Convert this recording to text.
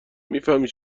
میفهمی